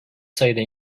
sayıda